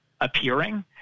appearing